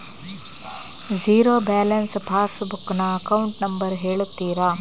Zero balance passbook ನ account number ಹೇಳುತ್ತೀರಾ?